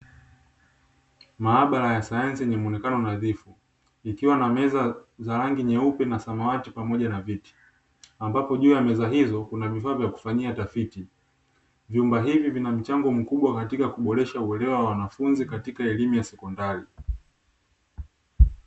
Maabara ya sayansi yenye muonekano nadhifu, ikiwa na meza za rangi nyeupe, na samawati pamoja na viti, ambapo juu ya meza hizo kuna vifaa vya kufanyia tafiti. Vyumba hivi vina mchango mkubwa katika kuboresha uelewa wa wanafunzi katika elimu ya sekondari.